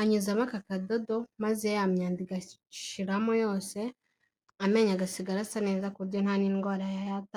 anyuzamo aka kadodo, maze ya myanda igashimo yose, amenyo agasigara asa neza ku buryo nta n'indwara yayataka.